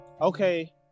okay